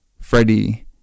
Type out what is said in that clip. Freddie